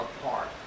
apart